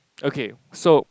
okay so